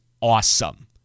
awesome